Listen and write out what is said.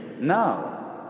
now